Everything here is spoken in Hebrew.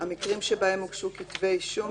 המקרים שבהם הוגשו כתבי אישום,